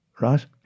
Right